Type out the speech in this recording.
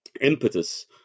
impetus